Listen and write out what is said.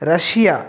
Russia